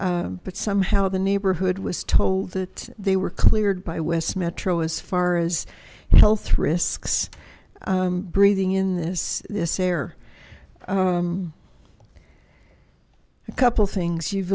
s but somehow the neighborhood was told that they were cleared by west metro as far as health risks breathing in this this air a couple things you've